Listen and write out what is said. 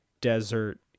desert